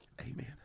Amen